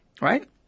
right